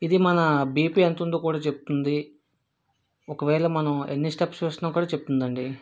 ఇది మన బీపీ ఎంత ఉందో కూడా చెప్తుంది ఒకవేళ మనం ఎన్ని స్టెప్స్ వేస్తున్నామో కూడా చెప్తుంది అండి